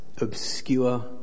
obscure